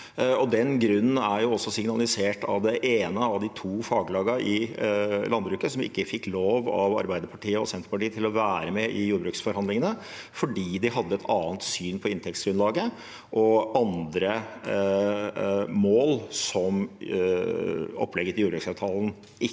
Den grunnen er også signalisert av det ene av de to faglagene i landbruket som ikke fikk lov av Arbeiderpartiet og Senterpartiet til å være med i jordbruksforhandlingene, fordi de hadde et annet syn på inntektsgrunnlaget og andre mål som opplegget til jordbruksavtalen ikke